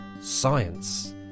science